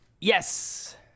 Yes